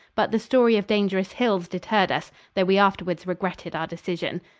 but the story of dangerous hills deterred us, though we afterwards regretted our decision.